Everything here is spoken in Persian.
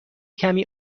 کمی